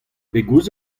pegoulz